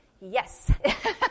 Yes